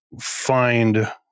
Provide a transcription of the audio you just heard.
find